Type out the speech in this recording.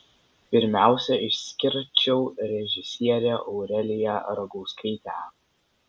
pirmiausia išskirčiau režisierę aureliją ragauskaitę